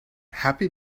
happy